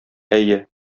әйе